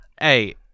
Hey